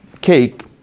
cake